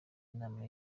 inama